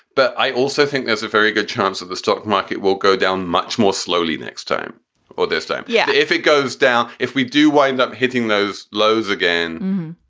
but i also think there's a very good chance that the stock market will go down much more slowly next time this time, yeah. if it goes down, if we do wind up hitting those lows again,